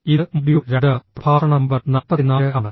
ഇത് മൊഡ്യൂൾ 2 പ്രഭാഷണ നമ്പർ 44 ആണ്